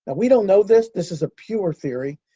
ah we don't know this. this is a pure theory.